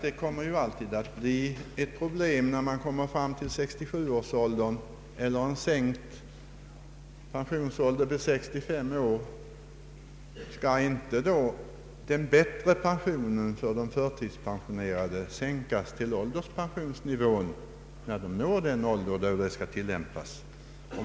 Det blir alltid ett problem när man når 67-årsåldern, eller den eventuellt sänkta pensionsåldern 65 år. Skall inte då den bättre pensionen för de förtidspensionerade sänkas till ålderspensionsnivå, när man når den ålder då denna skall tillämpas?